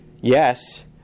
yes